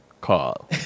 call